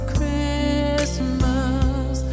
Christmas